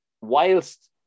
Whilst